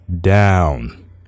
down